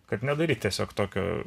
kad nedaryt tiesiog tokio